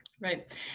Right